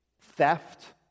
Theft